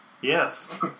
Yes